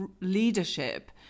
leadership